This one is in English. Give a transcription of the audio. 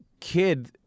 Kid